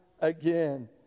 again